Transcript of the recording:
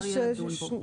שאפשר יהיה לדון בו.